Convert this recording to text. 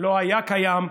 לא היה קיים,